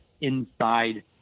inside